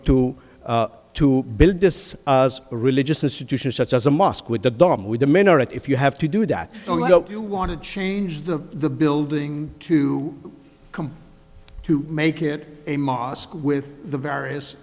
to to build this as a religious institution such as a mosque with the dorm with the minaret if you have to do that don't you want to change the the building to come to make it a mosque with the various